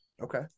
Okay